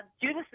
Judas